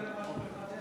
אולי יהיה לנו משהו לחדש.